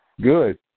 Good